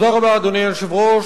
אדוני היושב-ראש,